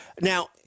Now